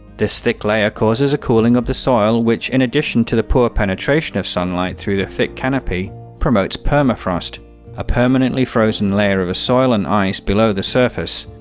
this thick layer causes a cooling of the soil which, in addition to the poor penetration of sunlight through the thick canopy promotes permafrost a permanently frozen layer of soil and ice below the surface.